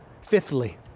Fifthly